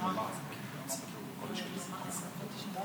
ויואב קיש לסעיף 2 לא